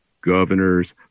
governors